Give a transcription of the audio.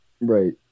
right